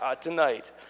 Tonight